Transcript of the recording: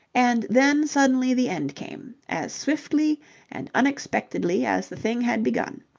and then suddenly the end came, as swiftly and unexpectedly as the thing had begun.